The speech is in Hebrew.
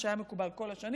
מה שהיה מקובל כל השנים,